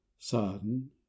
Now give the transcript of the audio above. son